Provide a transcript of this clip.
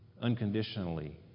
unconditionally